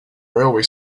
railway